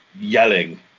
yelling